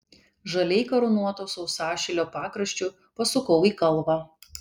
žaliai karūnuoto sausašilio pakraščiu pasukau į kalvą